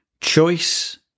Choice